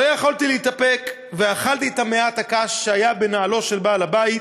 לא יכולתי להתאפק ואכלתי את מעט הקש שהיה בנעלו של בעל הבית,